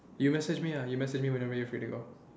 you message me ah you message me whenever you are free to go